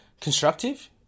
constructive